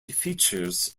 features